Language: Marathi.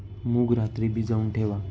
मूग रात्री भिजवून ठेवा